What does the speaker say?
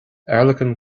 airleacain